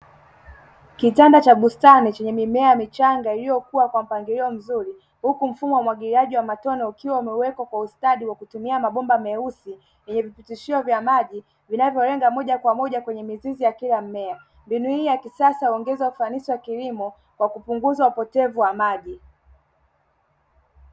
Kitanda cha bustani chenye mimea michanga, iliyo kuwa kwa mpangilio mzuri, huku mfumo wa umwagiliaji wa matone, ukiwa umewekwa kwa ustadi wa kutumia mabomba meusi, yenye vipitishio vya maji vinavyo unga moja kwa moja kwenye mizizi ya kila mmea. Mbinu hii ya kisasa huongeza ufanisi wa kilimo kupunguza upotevu wa maji.